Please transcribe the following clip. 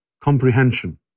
comprehension